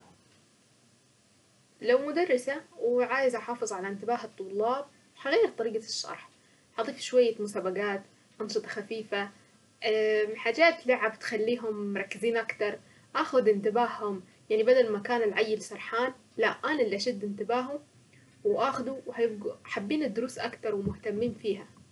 لو مدرسة وعايزة احافظ على انتباه الطلاب هغير طريقة الشرح. هضيف شوية مسابقات وانشطة خفيفة او حاجات لعب تخليهم مركزين اكتر اخذ انتباههم. يعني بدل ما كان العيل سرحان لا انا اللي اشد انتباههم واخذه وهيبقوا حابين الدروس اكتر ومهتمين بيها